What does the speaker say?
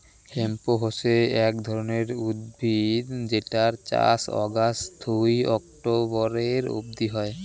hemp হসে এক ধরণের উদ্ভিদ যেটার চাষ অগাস্ট থুই অক্টোবরের অব্দি হই